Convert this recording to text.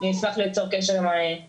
נשמח ליצור קשר עם מי שיתמוך.